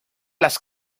las